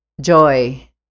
joy